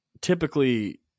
typically